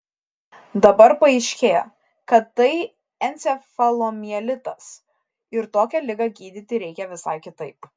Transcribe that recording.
dabar paaiškėjo kad tai encefalomielitas ir tokią ligą gydyti reikia visai kitaip